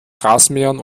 rasenmähern